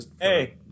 Hey